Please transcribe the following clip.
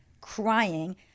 crying